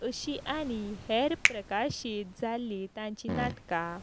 अशीं आनी हेर प्रकाशीत जाल्लीं तांचीं नाटकां